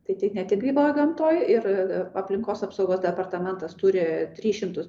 tai ne tik gyvoj gamtoj ir aplinkos apsaugos departamentas turi tris šimtus